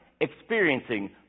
experiencing